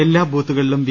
എല്ലാ ബൂത്തുകളിലും വി